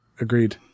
agreed